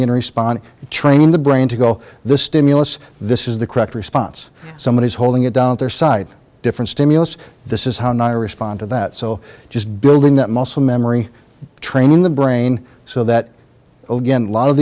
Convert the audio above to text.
ming in response to training the brain to go the stimulus this is the correct response somebody is holding it down their side different stimulus this is how to respond to that so just building that muscle memory training the brain so that olguin lot of